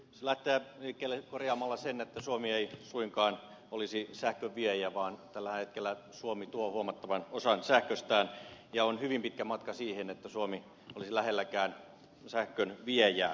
voisin lähteä liikkeelle korjaamalla sen että suomi ei suinkaan olisi sähkön viejä vaan tällä hetkellä suomi tuo huomattavan osan sähköstään ja on hyvin pitkä matka siihen että suomi olisi lähelläkään sähkön viejää